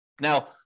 Now